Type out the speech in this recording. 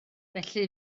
felly